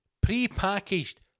pre-packaged